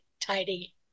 tidy